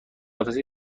قفسه